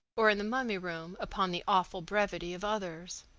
or, in the mummy room, upon the awful brevity of others.